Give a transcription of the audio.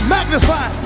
Magnify